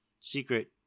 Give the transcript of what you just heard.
secret